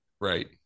Right